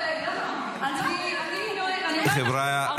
את רבה איתי על קרדיט ליו"ר הוועדה?